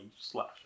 slash